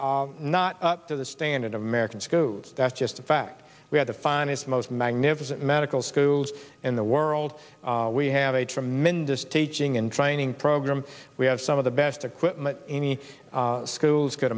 are not up to the standard of american schools that's just a fact we have the finest most magnificent medical schools in the world we have a tremendous teaching and training program we have some of the best equipment any schools could